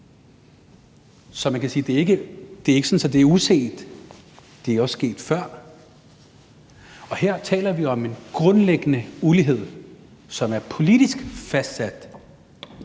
Så man kan sige, at det ikke er sådan, at det er uset, det er også sket før, og her taler vi om en grundlæggende ulighed, som er politisk fastsat.